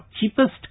cheapest